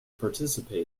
participate